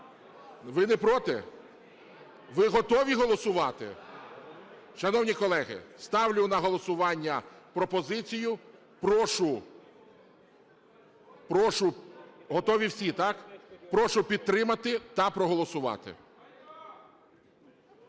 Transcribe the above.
Ви не проти? Ви готові голосувати? Шановні колеги, ставлю на голосування пропозицію. Прошу... Готові всі, так? Прошу підтримати та проголосувати.